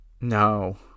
No